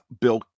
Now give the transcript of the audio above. Bill